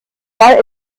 mal